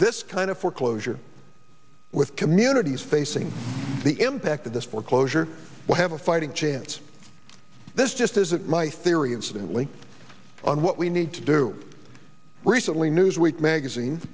this kind of foreclosure with communities facing the impact of this foreclosure will have a fighting chance this just isn't my theory and certainly on what we need to do recently newsweek magazine